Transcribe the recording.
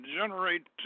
generate